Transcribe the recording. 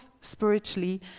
spiritually